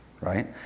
right